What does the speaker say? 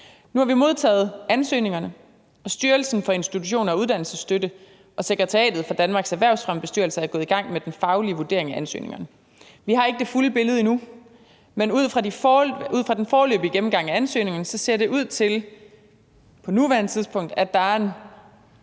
Nu har vi modtaget ansøgningerne, og Styrelsen for Institutioner og Uddannelsesstøtte og sekretariatet for Danmarks Erhvervsfremmebestyrelse er gået i gang med den faglige vurdering af ansøgningerne. Vi har ikke det fulde billede endnu, men ud fra den foreløbige gennemgang af ansøgningerne, ser det på nuværende